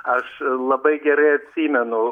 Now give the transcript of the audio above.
aš labai gerai atsimenu